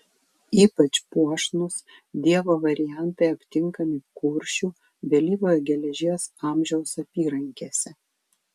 ypač puošnūs dievo variantai aptinkami kuršių vėlyvojo geležies amžiaus apyrankėse